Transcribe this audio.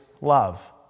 love